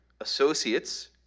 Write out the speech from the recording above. associates